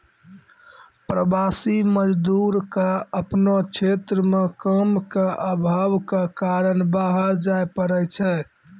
प्रवासी मजदूर क आपनो क्षेत्र म काम के आभाव कॅ कारन बाहर जाय पड़ै छै